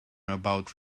about